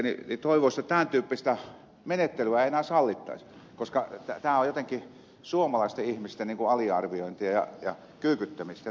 toivoisi että tämän tyyppistä menettelyä ei enää sallittaisi koska tämä on jotenkin suomalaisten ihmisten aliarviointia ja kyykyttämistä